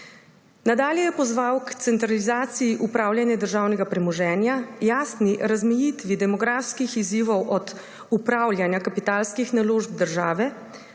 Nadalje je pozval k centralizaciji upravljanja državnega premoženja, jasni razmejitvi demografskih izzivov od upravljanja kapitalskih naložb države